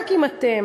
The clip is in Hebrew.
רק אם אתם,